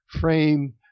frame